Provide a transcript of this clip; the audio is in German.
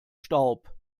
staub